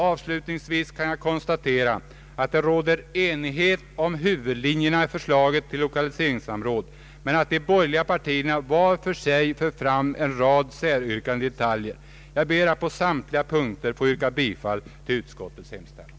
Avslutningsvis kan jag konstatera att det råder enighet om huvudlinjerna i förslaget till lokaliseringssamråd men att de borgerliga partierna var för sig fört fram en rad säryrkanden i detaljer. Herr talman! Jag ber att på samtliga punkter få yrka bifall till utskottets hemställan.